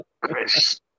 Chris